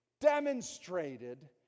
demonstrated